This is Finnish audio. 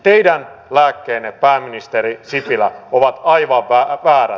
teidän lääkkeenne pääministeri sipilä ovat aivan väärät